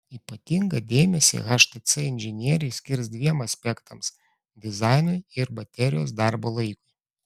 ypatingą dėmesį htc inžinieriai skirs dviem aspektams dizainui ir baterijos darbo laikui